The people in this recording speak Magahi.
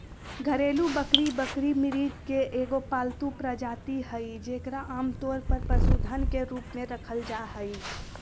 घरेलू बकरी बकरी, मृग के एगो पालतू प्रजाति हइ जेकरा आमतौर पर पशुधन के रूप में रखल जा हइ